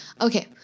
Okay